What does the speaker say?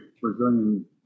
Brazilian